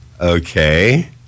Okay